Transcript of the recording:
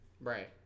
Right